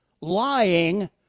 lying